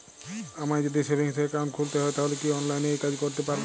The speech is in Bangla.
আমায় যদি সেভিংস অ্যাকাউন্ট খুলতে হয় তাহলে কি অনলাইনে এই কাজ করতে পারবো?